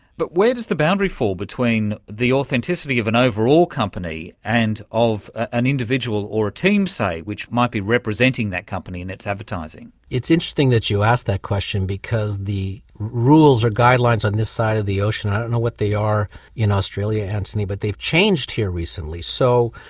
but where does the boundary fall between the authenticity of an overall company and of an individual or a team, say, which might be representing that company in its advertising? it's interesting that you ask that question because the rules or guidelines on this side of the ocean. i don't know what they are in australia and but that changed here recently. so,